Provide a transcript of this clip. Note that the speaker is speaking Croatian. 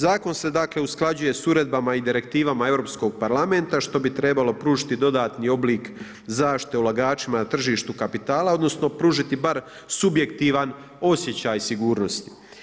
Zakon se usklađuje s uredbama i direktivama Europskog parlamenta što bi trebalo pružiti dodatni oblik zaštite ulagačima na tržištu kapitala, odnosno pružiti bar subjektivan osjećaj sigurnosti.